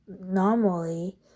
normally